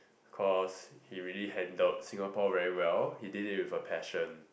of course he really handled Singapore very well he did it with a passion